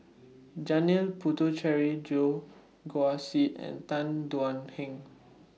Janil Puthucheary Goh Guan Siew and Tan Thuan Heng